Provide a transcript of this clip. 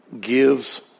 Gives